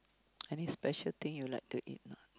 any special thing you like to eat